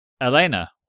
Elena